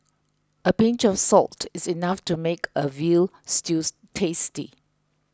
a pinch of salt is enough to make a Veal Stew tasty